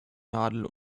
nadel